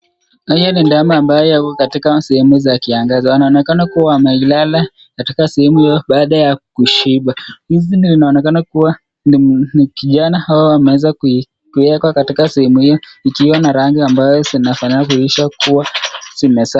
Haya ni ndama ambao wako katika sehemu za kiangazi. Wanaonekana kuwa wamelala katika sehemu hiyo baada ya kushiba. Hizi zinaonekana kuwa ni kijana hao wameweza kuiwekwa katika sehemu hiyo ikiwa na rangi ambayo zinafanana kuonyesha kuwa zime.